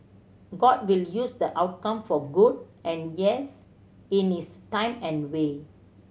god will use the outcome for good and yes in his time and way